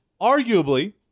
arguably